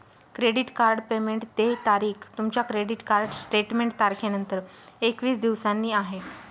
credit card payment देय तारीख तुमच्या क्रेडिट कार्ड स्टेटमेंट तारखेनंतर एकवीस दिवसांनी आहे